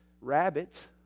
rabbits